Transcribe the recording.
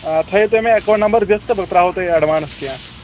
آ تھٲیِو تُہۍ مےٚ ایکاوُنٛٹ نمبر دِتھ تہٕ بہٕ ترٛاوَو تۄہہِ ایڈوانٕس کینٛہہ اَتھ